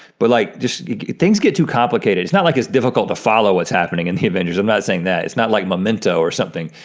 but, like, just things get too complicated. it's not like it's difficult to follow what's happening in the avengers, i'm not saying that, it's not like memento, or something,